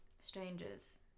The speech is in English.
Strangers